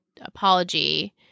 apology